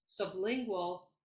sublingual